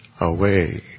away